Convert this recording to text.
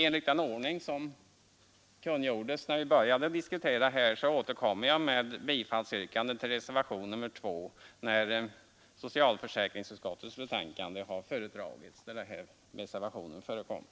Enligt den ordning som kungjordes när vi började diskutera återkommer jag med yrkande om bifall till reservationen 2 i socialutskottets betänkande nr 4 när detta har föredragits.